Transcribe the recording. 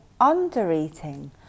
undereating